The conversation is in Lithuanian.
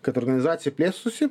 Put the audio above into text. kad organizacija plėstųsi